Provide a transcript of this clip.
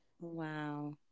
Wow